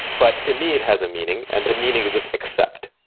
but to me, it has a meaning and the meaning is just accept.